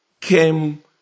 came